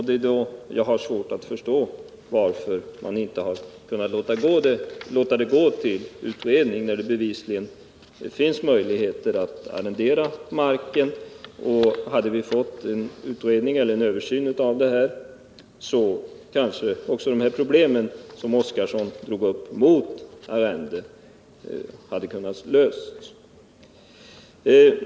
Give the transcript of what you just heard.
Därför har jag svårt att förstå varför det inte blir någon utredning. Det finns ju bevisligen möjligheter att arrendera marken. Hade vi fått en översyn till stånd, hade kanske de problem som Gunnar Oskarson anförde mot arrende kunnat lösas.